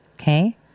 Okay